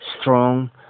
strong